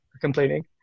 complaining